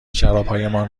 شرابهایمان